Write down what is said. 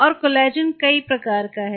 और कोलेजन के कई प्रकार हैं